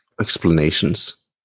explanations